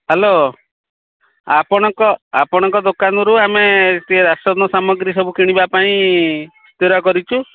hello ଆପଣଙ୍କ ଆପଣଙ୍କ ଦୋକାନରୁ ଆମେ ଟିକେ ରାସନ ସାମଗ୍ରୀ ସବୁ କିଣିବା ପାଇଁ ସ୍ଥିର କରିଛୁ